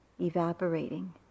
evaporating